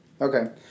Okay